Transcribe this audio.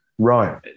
Right